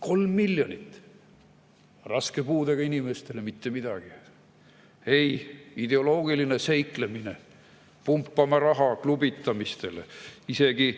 Kolm miljonit! Aga raske puudega inimestele mitte midagi. Ei, ideoloogiline seiklemine, pumpame raha klubitamistele, isegi